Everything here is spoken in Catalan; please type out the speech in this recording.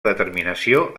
determinació